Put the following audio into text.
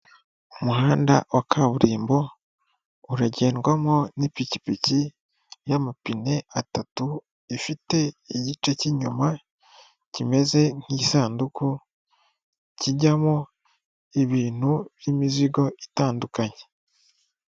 Umuhanda wa kaburimbo uragendwamo n'ipikipiki y'amapine atatu ifite igice cy'inyuma kimeze nk'isanduku kijyamo ibintu by'imizigo itandukanye.